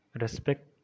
respect